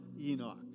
Enoch